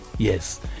Yes